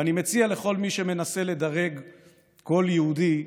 ואני מציע לכל מי שמנסה לדרג כל יהודי: